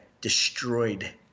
destroyed